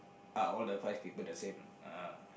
are all the five people the same ah